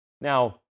Now